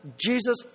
Jesus